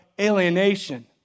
alienation